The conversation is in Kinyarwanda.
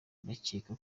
bakeka